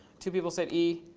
two people said e.